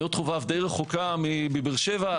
נאות חובב די רחוקה מבאר שבע.